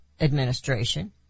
administration